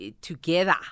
together